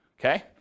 Okay